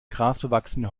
grasbewachsene